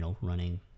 running